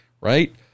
right